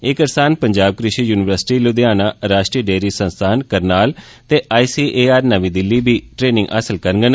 एह् करसान पंजाब कृषि यूनिवर्सिटी लुधियाना राश्ट्री डेयरी संस्थान करनाल ते आईसीएआर नमीं दिल्ली बी ट्रेनिंग हासल करगन